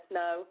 no